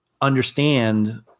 understand